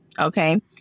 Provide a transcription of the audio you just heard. Okay